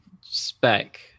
spec